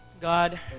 God